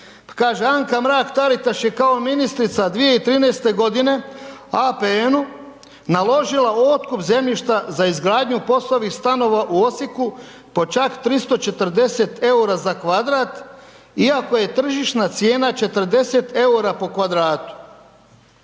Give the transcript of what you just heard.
Anka Mrak-Taritaš je kao ministrica 2013. godine APN-u naložila otkup zemljišta za izgradnju POS-ovih stanova u Osijeku po čak 340 eura za kvadrat iako je tržišna cijena 40 eura po kvadratu.